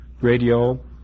radio